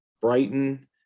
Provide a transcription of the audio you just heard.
Brighton